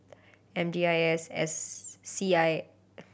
M D I S S C I